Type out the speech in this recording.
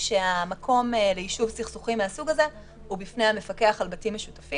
כשהמקום ליישוב סכסוכים מהסוג הזה הוא בפני המפקח על בתים משותפים.